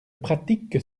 pratique